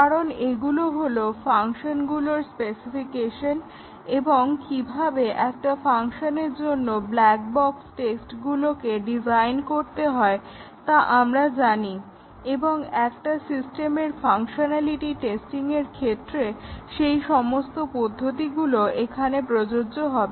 কারণ এগুলো হলো ফাংশনগুলোর স্পেসিফিকেশন এবং কিভাবে একটা ফাংশনের জন্য ব্ল্যাক বক্স টেস্টগুলোকে ডিজাইন করতে হয় তা আমরা জানি এবং একটা সিস্টেমের ফাংশনালিটি টেস্টিংয়ের ক্ষেত্রে সেই সমস্ত পদ্ধতিগুলো এখানে প্রযোজ্য হবে